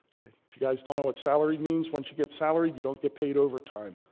if you guys don't know what salaried means, once you get salaried, you don't get paid overtime.